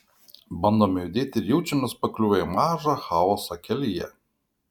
bandome judėti ir jaučiamės pakliuvę į mažą chaosą kelyje